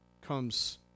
comes